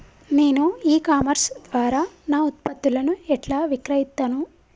నేను e commerce ద్వారా నా ఉత్పత్తులను ఎట్లా విక్రయిత్తను?